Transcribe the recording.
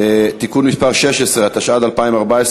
(תיקון מס' 16), התשע"ד 2014,